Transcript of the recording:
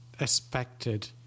expected